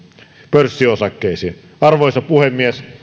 pörssiosakkeisiin arvoisa puhemies